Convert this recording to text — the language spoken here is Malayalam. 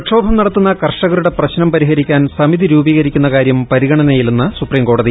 പ്രക്ഷോഭം നടത്തുന്ന കർഷകരുടെ പ്രശ്നം പരിഹരിക്കാൻ സമിതി രൂപീകരിക്കുന്ന കാര്യം പരിഗണനയിലെന്ന് സുപ്രീം കോടതി